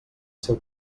seu